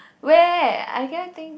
where I cannot think